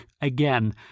again